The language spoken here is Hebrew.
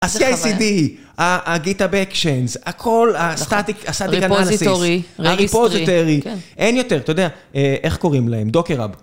הCICD, הגיט האב אקשיינס, הכל, הסטטיק, הסטטיק אנליסיס, הריפוזיטורי, הרגיסטרי, הריפוזיטורי, אין יותר, אתה יודע, איך קוראים להם, דוקר האב.